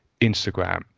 Instagram